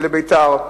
זה לביתר,